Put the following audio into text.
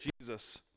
Jesus